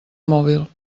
mòbil